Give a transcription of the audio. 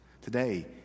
Today